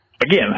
again